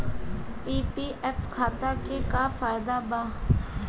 PPF खाता के का फायदा बा?